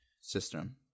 system